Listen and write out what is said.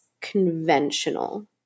conventional